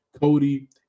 Cody